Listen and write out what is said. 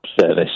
service